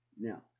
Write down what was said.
Now